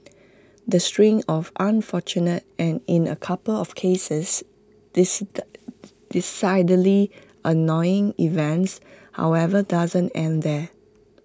the string of unfortunate and in A couple of cases decidedly annoying events however doesn't end there